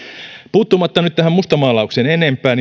puuttumatta nyt tähän mustamaalaukseen enempää